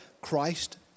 Christ